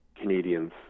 Canadians